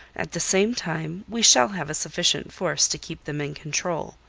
at the same time we shall have a sufficient force to keep them in control.